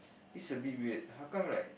it's a bit weird how come like